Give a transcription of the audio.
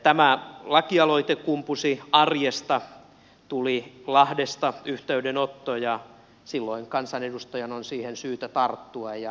tämä lakialoite kumpusi arjesta tuli lahdesta yhteydenotto ja kansanedustajan on siihen syytä tarttua ja näin tein